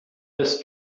his